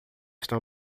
estão